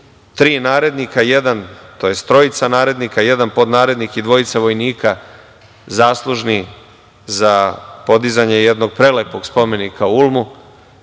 ste pomenuli da su trojica narednika, jedan podnarednik i dvojica vojnika zaslužni za podizanje jednog prelepog spomenika u Ulmu,